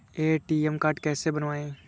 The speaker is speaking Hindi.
ए.टी.एम कार्ड कैसे बनवाएँ?